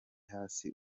hasi